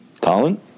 Colin